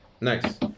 Nice